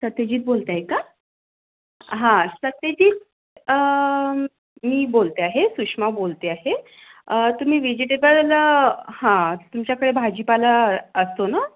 सत्यजीत बोलत आहे का हां सत्यजीत मी बोलते आहे सुषमा बोलते आहे तुम्ही विजिटेबल हां तुमच्याकडे भाजीपाला असतो ना